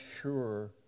sure